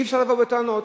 אי-אפשר לבוא בטענות.